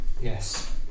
Yes